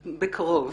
בקרוב.